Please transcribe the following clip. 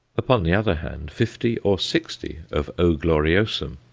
upon the other hand, fifty or sixty of o. gloriosum,